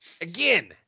Again